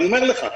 אני אומר לך,